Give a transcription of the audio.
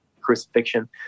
crucifixion